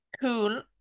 cool